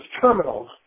terminals